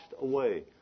away